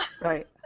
Right